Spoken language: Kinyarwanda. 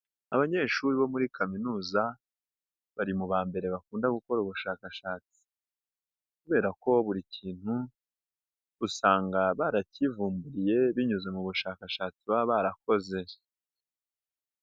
Abanyeshuri bo muri kaminuza bari mu ba mbere bakunda gukora ubushakashatsi kubera ko buri kintu usanga barakivumburiye binyuze mu bushakashatsi baba barakoze.